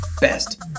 best